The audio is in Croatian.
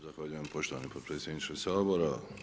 Zahvaljujem poštovani potpredsjedniče Sabora.